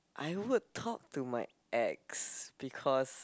I would talk to my ex because